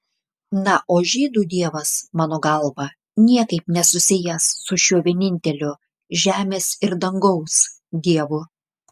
na o žydų dievas mano galva niekaip nesusijęs su šiuo vieninteliu žemės ir dangaus dievu